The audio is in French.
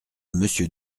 monsieur